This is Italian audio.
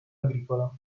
agricolo